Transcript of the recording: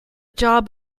job